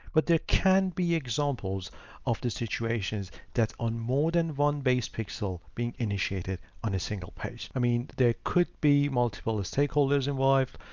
but there can be examples of the situations that's on more than one base pixel being initiated on a single page. i mean, there could be multiple stakeholders and wives.